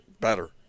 better